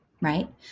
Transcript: right